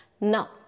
Now